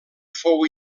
fou